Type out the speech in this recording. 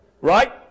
Right